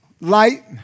light